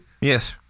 Yes